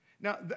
Now